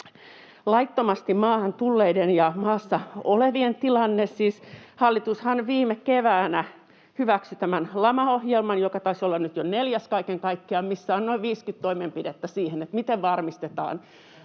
laittomasti maahan tulleiden ja maassa olevien tilanne. Siis hallitushan viime keväänä hyväksyi tämän LAMA-ohjelman, joka taisi olla nyt jo neljäs kaiken kaikkiaan, missä on noin 50 toimenpidettä siihen, miten varmistetaan,